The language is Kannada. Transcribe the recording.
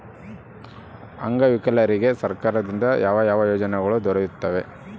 ಅಂಗವಿಕಲರಿಗೆ ಸರ್ಕಾರದಿಂದ ಯಾವ ಯಾವ ಯೋಜನೆಗಳು ದೊರೆಯುತ್ತವೆ?